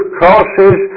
crosses